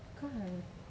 kan